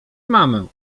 mamę